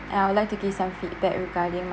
and I would like to give some feedback regarding